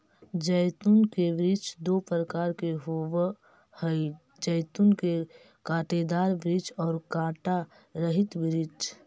जैतून के वृक्ष दो प्रकार के होवअ हई जैतून के कांटेदार वृक्ष और कांटा रहित वृक्ष